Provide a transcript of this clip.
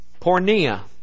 pornea